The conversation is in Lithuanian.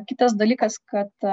kitas dalykas kad